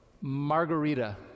Margarita